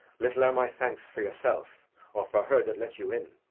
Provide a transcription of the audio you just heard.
little are my thanks for yourself or for her that let you in!